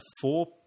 four